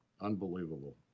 unbelievable